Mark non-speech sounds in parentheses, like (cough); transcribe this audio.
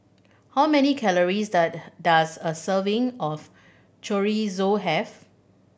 how many calories (unintelligible) does a serving of Chorizo have